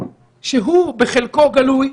שהוא בחלקו גלוי,